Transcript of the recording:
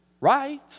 right